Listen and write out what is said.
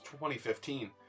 2015